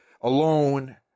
alone